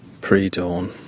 pre-dawn